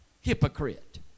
hypocrite